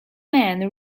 man